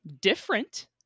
different